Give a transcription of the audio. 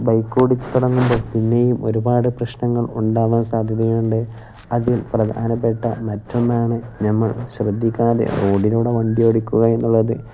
bike ഓടിച്ചുതുടങ്ങുമ്പോള് പിന്നെയും ഒരുപാട് പ്രശ്നങ്ങൾ ഉണ്ടാവാൻ സാധ്യതയുണ്ട് അതിൽ പ്രധാനപ്പെട്ട മറ്റൊന്നാണു നമ്മൾ ശ്രദ്ധിക്കാതെ റോഡിലൂടെ വണ്ടിയോടിക്കുക എന്നുള്ളത്